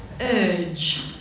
urge